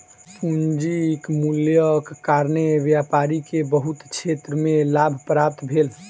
पूंजीक मूल्यक कारणेँ व्यापारी के बहुत क्षेत्र में लाभ प्राप्त भेल